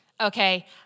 okay